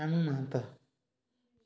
ଆନୁ Mahanta